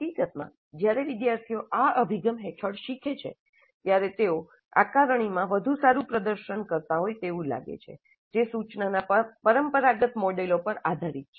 હકીકતમાં જ્યારે વિદ્યાર્થીઓ આ અભિગમ હેઠળ શીખે છે ત્યારે તેઓ આકારણીમાં વધુ સારું પ્રદર્શન કરતા હોય તેવું લાગે છે જે સૂચનાના પરંપરાગત મોડેલો પર આધારિત છે